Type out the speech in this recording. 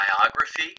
biography